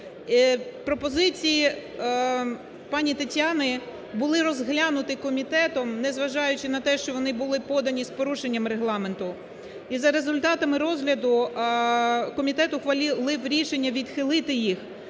Пропозиції пані Тетяни були розглянуті комітетом, не зважаючи на те, що вони були подані з порушенням регламенту. І за результатами розгляду комітет ухвалив рішення відхилити їх,